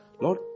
Lord